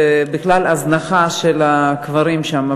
ובכלל הזנחה של הקברים שם,